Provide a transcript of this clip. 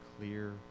clear